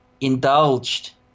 indulged